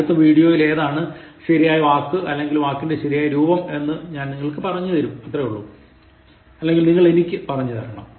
അടുത്ത വീഡിയോയിൽ ഏതാണ് ശരിയായ വാക്ക് അല്ലെങ്കിൽ വാക്കിന്റെ ശരിയായ രൂപം എന്ന് നിങ്ങൾ എനിക്ക് പറഞ്ഞു തരണം